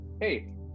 hey